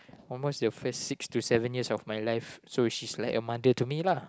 almost the first six to seven years of my life so she's like a mother to me lah